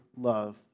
love